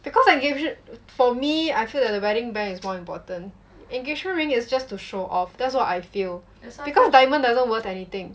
because engagement for me I feel that the wedding band is more important engagement ring is just to show off that's what I feel because diamond doesn't worth anything